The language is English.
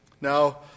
Now